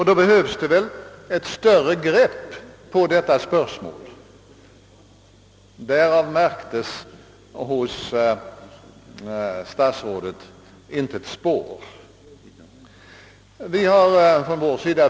Då behövs ett kraftigare grepp på frågan, men därav märktes i statsrådets inlägg intet spår. Vi på vår sida har bila.